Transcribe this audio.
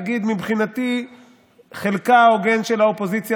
תגיד: מבחינתי חלקה ההוגן של האופוזיציה